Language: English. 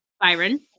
Byron